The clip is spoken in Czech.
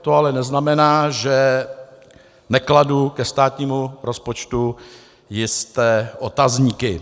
To ale neznamená, že nekladu ke státnímu rozpočtu jisté otazníky.